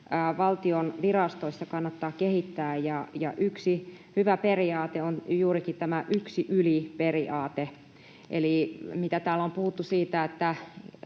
valtion virastoissa kannattaa kehittää. Yksi hyvä periaate on juurikin tämä yksi yli ‑periaate, eli täällä on puhuttu siitä, että